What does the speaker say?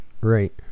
Right